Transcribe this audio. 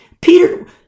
Peter